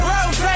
Rose